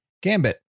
Gambit